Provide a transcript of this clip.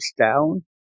down